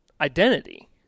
identity